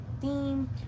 theme